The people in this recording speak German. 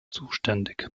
zuständig